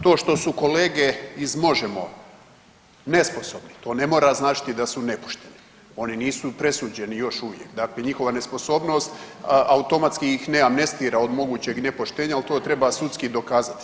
To što su kolege iz Možemo nesposobni to ne mora značiti da su nepošteni, oni nisu presuđeni još uvijek, dakle njihova nesposobnost automatski ih ne amnestira od mogućeg nepoštenja, ali to treba sudski dokazati.